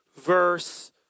verse